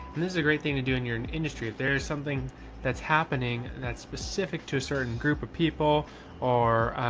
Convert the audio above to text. and this is a great thing to do in your and industry. if there is something that's happening that's specific to a certain group of people or